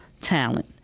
talent